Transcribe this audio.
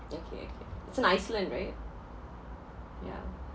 okay okay it's in iceland right yeah